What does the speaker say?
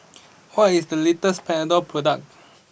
what is the latest Panadol product